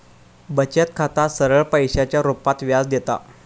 बचत खाता सरळ पैशाच्या रुपात व्याज देता